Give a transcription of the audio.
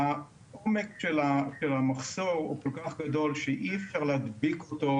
העומק של המחסור הוא כל כך גדול שאי אפשר להדביק אותו